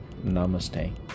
Namaste